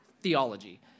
theology